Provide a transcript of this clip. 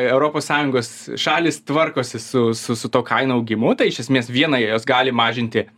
europos sąjungos šalys tvarkosi su su su tuo kainų augimu tai iš esmės viena jos gali mažinti